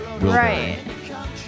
right